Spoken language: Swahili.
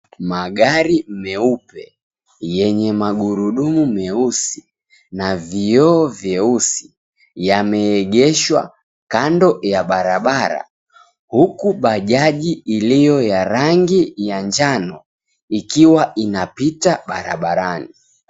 Magari meupe, yenye magurudumu meusi na vioo vyeusi, yameegeshwa kando ya barabara, huku bajaji iliyo ya rangi ya njano, ikiwa inapita barabarani.